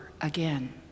again